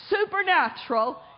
supernatural